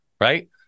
right